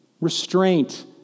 restraint